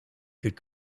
could